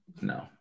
no